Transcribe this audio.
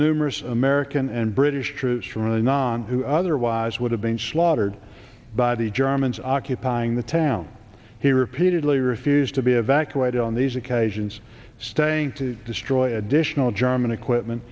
numerous american and british troops from the non who otherwise would have been slaughtered by the germans occupying the town he repeatedly refused to be evacuated on these occasions staying to destroy additional german equipment